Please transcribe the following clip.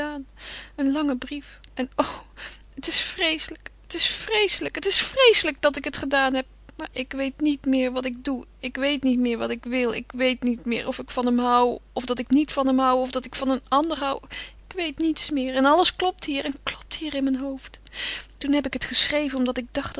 een lange brief en o het is vreeselijk het is vreeselijk het is vreeselijk dat ik het gedaan heb maar ik weet niet meer wat ik doe ik weet niet meer wat ik wil ik weet niet meer of ik van hem hoû of dat ik niet van hem hoû of dat ik van een ander hoû ik weet niets meer en alles klopt hier en klopt hier in mijn hoofd toen heb ik het geschreven omdat ik dacht